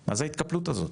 זו ההתקפלות הזו?